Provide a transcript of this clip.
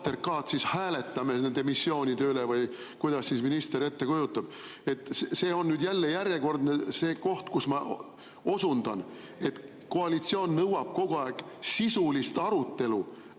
siis hääletame nende missioonide üle või kuidas minister seda ette kujutab? See on nüüd jälle järjekordne koht, kus ma osundan, et koalitsioon nõuab kogu aeg sisulist arutelu,